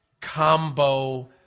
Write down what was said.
combo